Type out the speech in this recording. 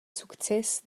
success